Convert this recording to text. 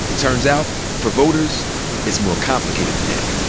turns out for voters it's more complicated than that.